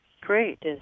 Great